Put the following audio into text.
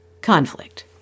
conflict